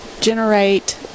generate